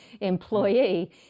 employee